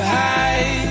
high